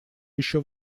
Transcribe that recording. еще